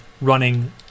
running